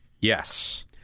Yes